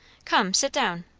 come, sit down.